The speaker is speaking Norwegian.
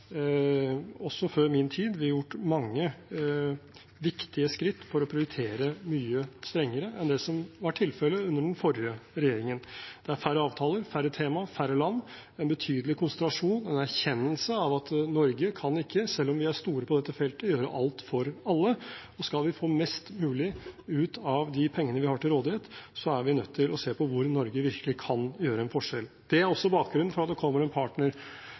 også før min tid, tatt mange viktige skritt for å prioritere mye strengere enn det som var tilfellet under den forrige regjeringen. Det er færre avtaler, færre temaer, færre land – en betydelig konsentrasjon, en erkjennelse av at Norge kan ikke, selv om vi er store på dette feltet, gjøre alt for alle. Skal vi få mest mulig ut av de pengene vi har til rådighet, er vi nødt til å se på hvor Norge virkelig kan gjøre en forskjell. Det er også bakgrunnen for at det kommer en